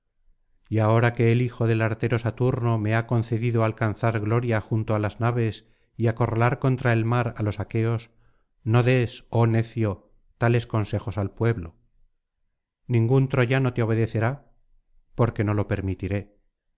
y ahora que el hijo del artero saturno me ha concedido alcanzar gloria junto á las naves y acorralar contra el mar á los aqueos no des oh necio tales consejos al pueblo ningún troyano te obedecerá porque no lo permitiré